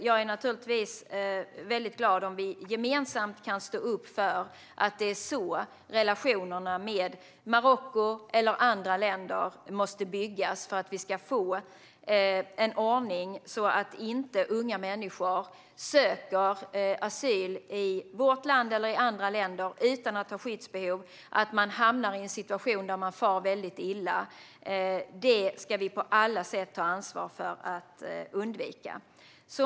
Jag är naturligtvis glad om vi gemensamt kan stå upp för att det är så relationerna med Marocko eller andra länder måste byggas för att vi ska få en ordning så att inte unga människor söker asyl i vårt land eller andra länder utan att ha skyddsbehov och hamnar i en situation där de far illa. Det ska vi på alla sätt ta ansvar för att undvika.